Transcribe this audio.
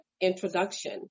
introduction